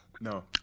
no